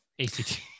ACT